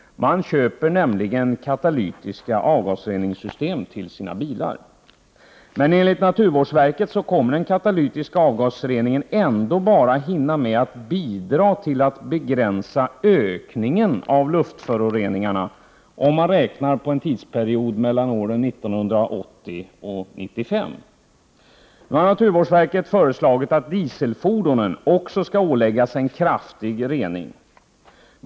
De köper nämligen katalytiska avgasreningssystem till sina bilar. Men enligt naturvårdsverket kommer den katalytiska avgasreningen att hinna med att bidra bara till att begränsa ökningen av luftföroreningarna, om man räknar på en tidsperiod mellan 1980 och 1995. Naturvårdsverket har föreslagit att också dieselfordonen skall åläggas en kraftig rening.